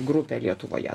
grupę lietuvoje